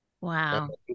Wow